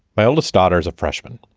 my oldest daughter's a freshman,